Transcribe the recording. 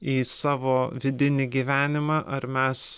į savo vidinį gyvenimą ar mes